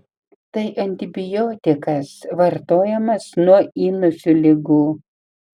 tai antibiotikas vartojamas nuo įnosių ligų